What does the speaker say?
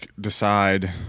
decide